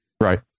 Right